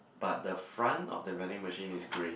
but the front of the vending machine is grey